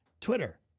Twitter